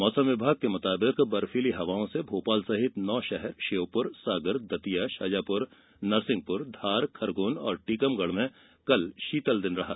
मौसम विभाग के मुताबिक बर्फीली हवाओं से भोपाल सहित नौ शहर श्योपुर सागर दतिया शाजापुर नरसिंहपुर धार खरगोन और टीकमगढ़ में कल शीतल दिन रहा